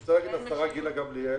אני רוצה להגיד לשרה גילה גמליאל